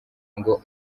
ngo